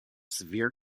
severe